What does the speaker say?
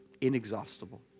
Inexhaustible